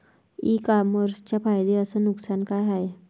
इ कामर्सचे फायदे अस नुकसान का हाये